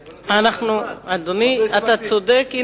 אדוני, אתה צודק.